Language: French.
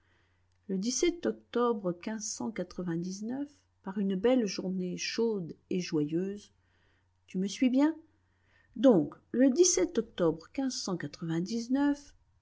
le octobre par une belle journée chaude et joyeuse tu me suis bien donc le octobre